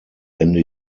ende